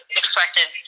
expected